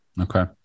Okay